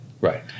right